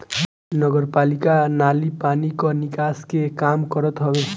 नगरपालिका नाली पानी कअ निकास के काम करत हवे